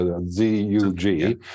Z-U-G